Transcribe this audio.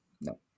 No